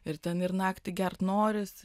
ir ten ir naktį gert noris